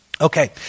Okay